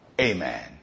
Amen